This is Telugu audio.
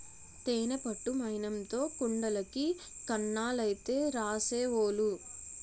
తేనె పట్టు మైనంతో కుండలకి కన్నాలైతే రాసేవోలు